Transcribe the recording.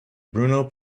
bruno